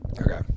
Okay